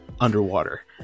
underwater